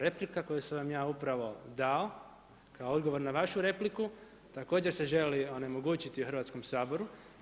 Replika koju sam vam ja upravo dao kao odgovor na vašu repliku također se želi onemogućiti Hrvatskom saboru.